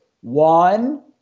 One